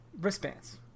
wristbands